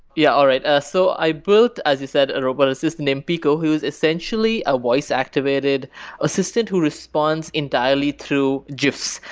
yeah, all right. ah so i built, as you said, a robot assistant named peeqo who's essentially a voice-activated assistant who responds entirely through gifs,